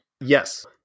Yes